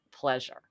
pleasure